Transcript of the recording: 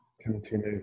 continue